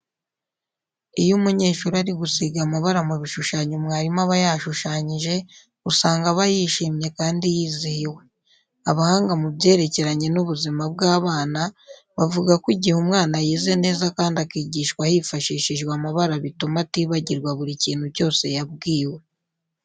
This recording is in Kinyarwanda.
Iyo umunyeshuri ari gusiga amabara mu bishushanyo mwarimu aba yashushanyije usanga aba yishimye kandi yizihiwe. Abahanga mu byerekeranye n'ubuzima bw'abana bavuga ko igihe umwana yize neza kandi akigishwa hifashishijwe amabara bituma atibagirwa buri kintu cyose yabwiwe.